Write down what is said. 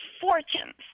fortunes